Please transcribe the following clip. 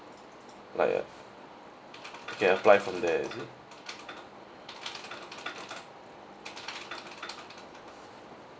like a A_L five from there is it